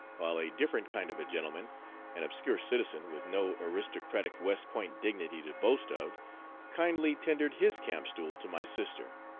while a different kind of a gentleman an obscure citizen with no aristocratic west point dignity to boast of kindly tendered his camp-stool to my sister.